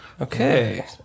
Okay